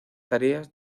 tareas